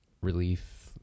relief